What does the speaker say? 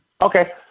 Okay